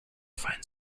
find